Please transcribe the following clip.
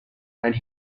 and